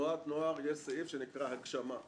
בתנועת נוער יש סעיף שנקרא "הגשמה".